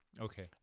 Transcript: Okay